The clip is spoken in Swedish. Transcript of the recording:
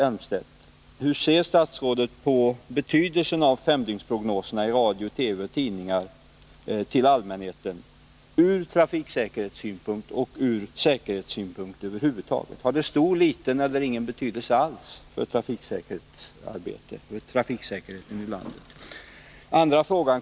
Hur ser statsrådet på betydelsen av femdygnsprognoserna i radio, TV och tidningar till allmänheten från trafiksäkerhetssynpunkt och från säkerhetssynpunkt över huvud taget? Har de stor betydelse, liten betydelse eller ingen betydelse alls för trafiksäkerheten i landet? 2.